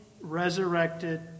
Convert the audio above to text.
resurrected